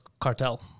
cartel